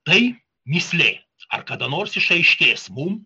tai mįslė ar kada nors išaiškės mum